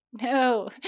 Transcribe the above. no